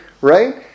Right